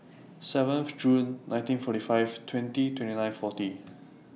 seventh June nineteen forty five twenty twenty nine forty